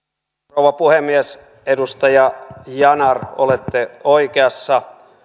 rouva puhemies edustaja yanar olette oikeassa